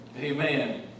Amen